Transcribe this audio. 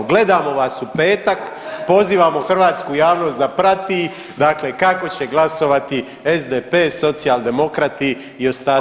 Gledamo vas u petak, pozivamo hrvatsku javnost da prati, dakle kako će glasovati SDP, Socijaldemokrati i ostatak